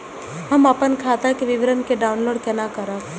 हम अपन खाता के विवरण के डाउनलोड केना करब?